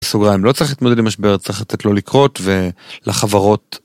סוגריים לא צריך להתמודד עם משבר צריך קצת לא לקרות ולחברות.